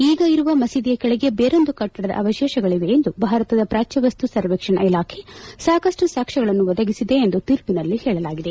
ಈಗ ಇರುವ ಮಸೀದಿಯ ಕೆಳಗೆ ಬೇರೊಂದು ಕಟ್ಟಡದ ಅವಶೇಷಗಳವೆ ಎಂದು ಭಾರತದ ಪ್ರಾಚ್ಯವಸ್ತು ಸರ್ವೇಕ್ಷಣ ಇಲಾಖೆ ಸಾಕಷ್ಟು ಸಾಕ್ಷ್ಯಗಳನ್ನು ಒದಗಿಸಿದೆ ಎಂದು ತೀರ್ಪಿನಲ್ಲಿ ಹೇಳಲಾಗಿದೆ